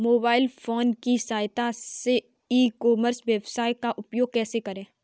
Mobile phone की सहायता से ई कॉमर्स वेबसाइट का उपयोग कैसे करें?